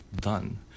done